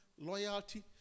loyalty